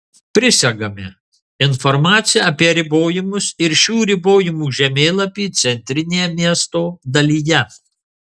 prisegame informaciją apie ribojimus ir šių ribojimų žemėlapį centrinėje miesto dalyje